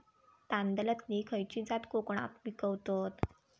तांदलतली खयची जात कोकणात पिकवतत?